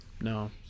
No